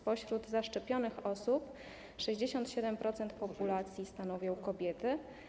Spośród zaszczepionych osób 67% populacji stanowią kobiety.